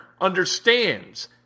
understands